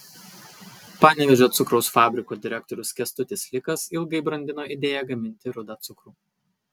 panevėžio cukraus fabriko direktorius kęstutis likas ilgai brandino idėją gaminti rudą cukrų